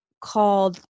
Called